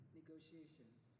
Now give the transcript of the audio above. negotiations